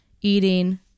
eating